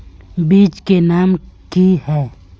बीज के नाम की है?